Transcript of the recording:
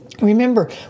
Remember